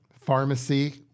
pharmacy